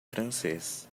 francês